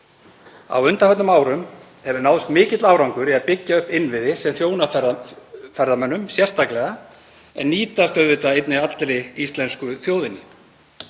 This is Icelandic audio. Á undanförnum árum hefur náðst mikill árangur í að byggja upp innviði sem þjóna ferðamönnum sérstaklega en nýtast auðvitað einnig allri íslensku þjóðinni.